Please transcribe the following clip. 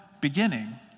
beginning